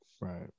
Right